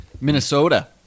Minnesota